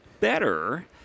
better